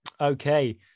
Okay